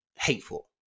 hateful